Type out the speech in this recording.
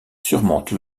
surmonte